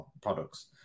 products